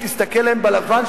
אתה טועה.